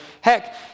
Heck